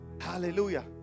Hallelujah